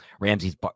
Ramsey's